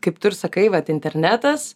kaip tu ir sakai vat internetas